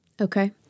Okay